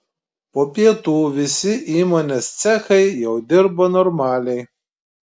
po pietų visi įmonės cechai jau dirbo normaliai